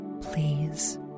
please